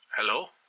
Hello